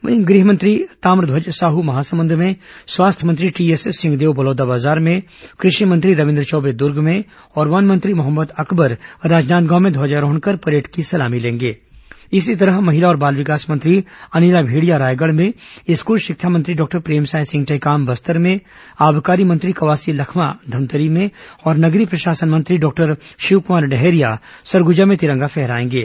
वहीं गृहमंत्री ताम्रध्वज साहू महासमूंद में स्वास्थ्य मंत्री टीएस सिंहदेव बलौदाबाजार में कृषि मंत्री रविन्द्र चौबे द्र्ग में और वन मंत्री मोहम्मद अकबर राजनादगांव में ध्वजारोहण कर परेड की सलामी लेंगे ै इसी तरह महिला और बाल विकास मंत्री अनिला भेंडिया रायगढ़ में स्कूल शिक्षा मंत्री डॉक्टर प्रेमसाय सिंह टेकाम बस्तर में आबकारी मंत्री कवासी लखमा धमतरी में और नगरीय प्रशासन मंत्री डॉक्टर शिवकुमार डहरिया सरगुजा में तिरंगा फहराएंगे